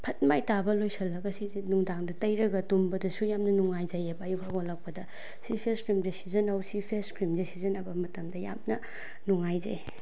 ꯐꯠ ꯃꯥꯏꯇꯥꯕ ꯂꯣꯏꯁꯤꯜꯂꯒ ꯁꯤꯁꯦ ꯅꯨꯡꯗꯥꯡꯗ ꯇꯩꯔꯒ ꯇꯨꯝꯕꯗꯁꯨ ꯌꯥꯝ ꯅꯨꯡꯈꯥꯏꯖꯩꯑꯕ ꯑꯌꯨꯛ ꯍꯧꯒꯠꯂꯛꯄꯗ ꯁꯤ ꯐꯦꯁ ꯀ꯭ꯔꯤꯝꯁꯦ ꯁꯤꯖꯤꯟꯅꯧ ꯁꯤ ꯐꯦꯁ ꯀ꯭ꯔꯤꯝꯁꯦ ꯁꯤꯖꯤꯟꯅꯕ ꯃꯇꯝꯗ ꯌꯥꯝꯅ ꯅꯨꯡꯉꯥꯏꯖꯩ